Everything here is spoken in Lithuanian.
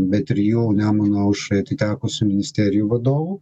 be trijų nemuno aušrai atitekusių ministerijų vadovų